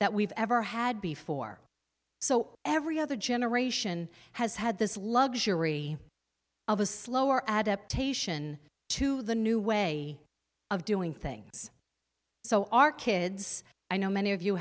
that we've ever had before so every other generation has had this luxury of a slower adaptation to the new way of doing things so our kids i know many of you